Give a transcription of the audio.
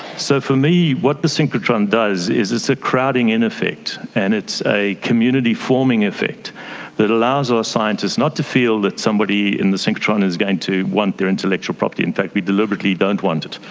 so for me what the synchrotron does is it's a crowding-in effect, but and it's a community forming effect that allows our scientists not to feel that somebody in the synchrotron is going to want their intellectual property, in fact we deliberately don't want it.